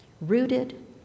rooted